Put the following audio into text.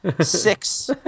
six